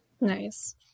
nice